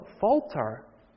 falter